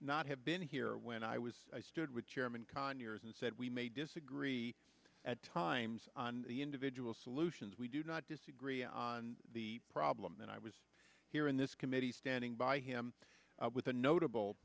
not have been here when i was i stood with chairman conyers and said we may disagree at times on the individual solutions we do not disagree on the problem and i was here in this committee standing by him with a notable